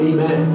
Amen